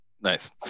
Nice